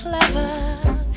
clever